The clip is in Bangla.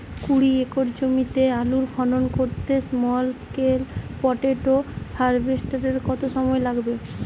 কুড়ি একর জমিতে আলুর খনন করতে স্মল স্কেল পটেটো হারভেস্টারের কত সময় লাগবে?